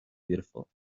beautiful